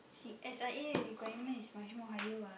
S_I_A the requirement is much more higher [what]